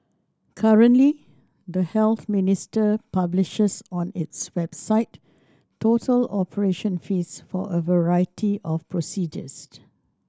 currently the Health Ministry publishes on its website total operation fees for a variety of